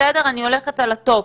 אני הולכת על הטופ,